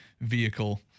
vehicle